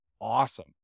awesome